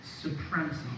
supremacy